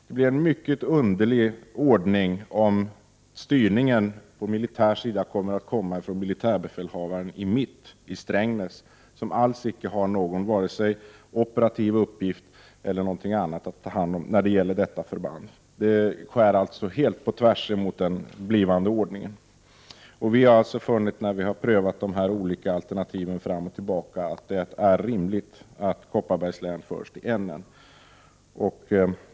Det blir en mycket underlig ordning om styrningen på militär sida skall komma från militärbefälhavaren i Mitt, dvs. Strängnäs, som alls inte har någon vare sig operativ uppgift eller något annat att ta hand om när det gäller detta förband. Det skär helt på tvärs mot den blivande ordningen. När vi har 47 prövat de olika alternativen fram och tillbaka har vi funnit att det är rimligt att Kopparbergs län förs till Nedre Norrland.